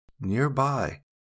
nearby